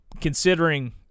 considering